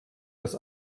das